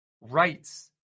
rights